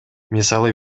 мисалы